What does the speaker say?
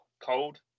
cold